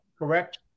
Correct